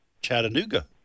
Chattanooga